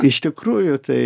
iš tikrųjų tai